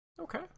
Okay